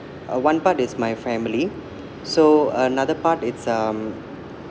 uh one part is my family so another part it's um